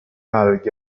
alghe